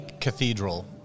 cathedral